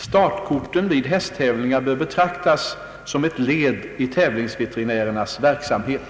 Startkorten vid hästtävlingar bör betraktas som ett led i tävlingsveterinärernas verksamhet.